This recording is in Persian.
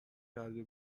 کرده